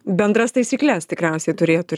bendras taisykles tikriausiai turėtų